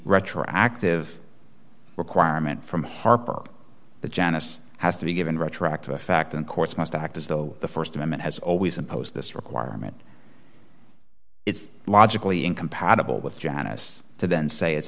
retroactive requirement from harper that janice has to be given retroactive a fact and courts must act as though the st amendment has always opposed this requirement it's logically incompatible with janice to then say it's